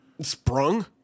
Sprung